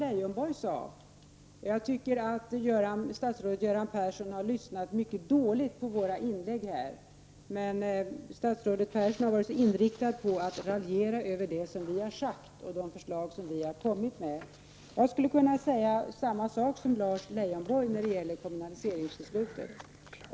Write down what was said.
Fru talman! Jag vill instämma i det som Lars Leijonborg sade, nämligen att statsrådet har lyssnat mycket dåligt till våra inlägg, men Göran Persson har varit så inriktad på att raljera över det som vi har sagt och de förslag som vi har kommit med. Jag instämmer helt i det som Lars Leijonborg sade när det gäller kommunaliseringsbeslutet.